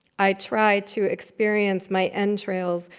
i tried to experience my entrails.